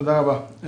תודה רבה.